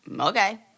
okay